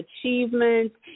achievements